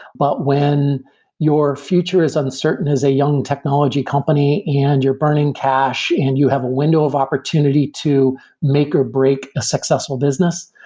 but when your future is uncertain as a young technology company and you're burning cash and you have a window of opportunity to make or break a successful business,